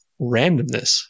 randomness